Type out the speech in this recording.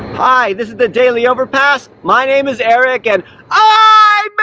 hi! this is the daily overpass! my name is eric and i